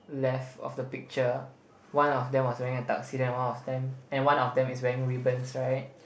left of the picture one of them was wearing a tuxedo and one of them and one of them is wearing ribbons right